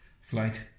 flight